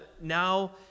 Now